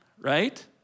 Right